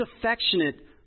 affectionate